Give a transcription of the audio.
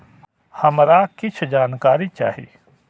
हमरा कीछ जानकारी चाही